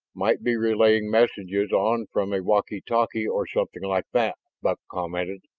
might be relaying messages on from a walkie-talkie or something like that, buck commented.